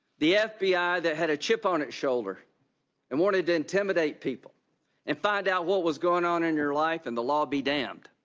the f b i. that had a chip on its shoulder and wanted to intimidate people and find out what was going on in your life and the law be damned.